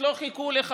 לא חיכו לך.